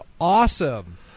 awesome